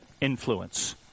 influence